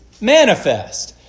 manifest